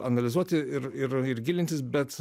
analizuoti ir ir ir gilintis bet